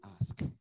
ask